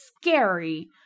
scary